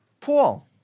Paul